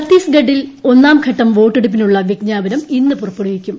ഛത്തീസ്ഗഡിൽ ഒന്നാംഘട്ടം വോട്ടെടുപ്പിനുള്ള വിജ്ഞാപനം ഇന്ന് പുറപ്പെടുവിക്കും